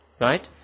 Right